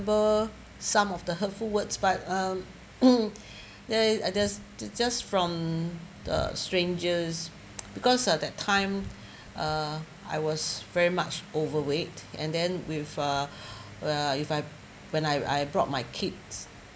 some of the hurtful words but um they they just from the strangers because at that time ah I was very much overweight and then if ah if I when I I brought my kids